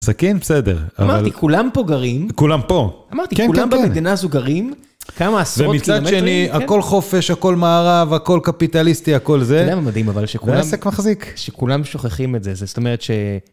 זקן, בסדר. אמרתי, כולם פה גרים. כולם פה. אמרתי, כולם במדינה הזו גרים. כמה עשרות קילומטרים. ומצד שני, הכול חופש, הכול מערב, הכול קפיטליסטי, הכול זה. אתה יודע מה מדהים אבל שכולם... והעסק מחזיק. שכולם שוכחים את זה. זאת אומרת ש...